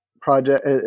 project